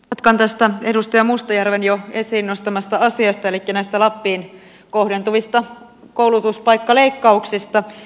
jatkan edustaja mustajärven jo esiin nostamasta asiasta elikkä lappiin kohdentuvista koulutuspaikkaleikkauksista